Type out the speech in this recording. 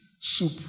soup